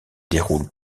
déroule